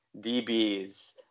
DBs